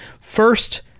first